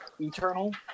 eternal